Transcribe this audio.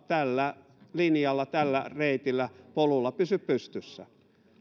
tällä linjalla tällä reitillä tällä polulla pysy pystyssä